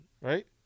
right